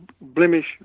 blemish